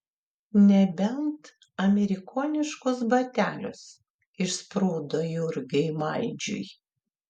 nebent amerikoniškus batelius išsprūdo jurgiui maldžiui